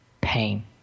pain